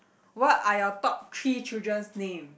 what are your top three children's name